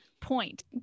point